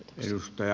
kiitos